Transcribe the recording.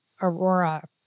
Aurora